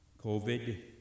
COVID